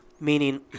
meaning